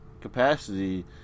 capacity